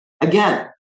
Again